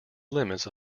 limits